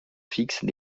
fixes